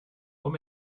what